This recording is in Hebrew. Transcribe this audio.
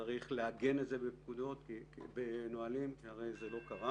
צריך לעגן את זה בנהלים כי הרי זה לא קרה